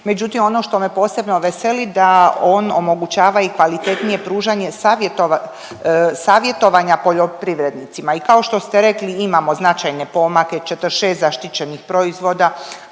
Međutim, ono što me posebno veseli da on omogućava i kvalitetnije pružanje savjeto… savjetovanja poljoprivrednicima. I kao što ste rekli imamo značajne pomake, 46 zaštićenih proizvoda,